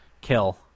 kill